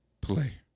play